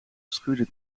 schuurde